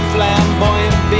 Flamboyant